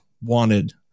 wanted